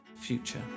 future